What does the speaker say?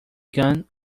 gun